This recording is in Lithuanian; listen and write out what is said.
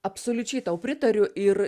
absoliučiai tau pritariu ir